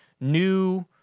new